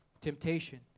temptation